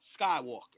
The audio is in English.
Skywalker